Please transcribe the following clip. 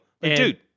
Dude